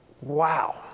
Wow